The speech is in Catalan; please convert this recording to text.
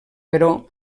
però